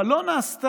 אבל לא נעשתה